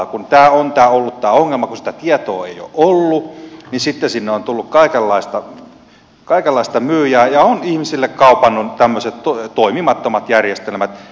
kun tämä on ollut tämä ongelma että sitä tietoa ei ole ollut niin sitten sinne on tullut kaikenlaista myyjää ja ihmisille on kaupattu tämmöiset toimimattomat järjestelmät